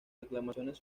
reclamaciones